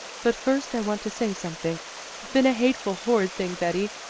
but first i want to say something. i've been a hateful, horrid thing, betty.